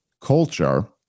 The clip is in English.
culture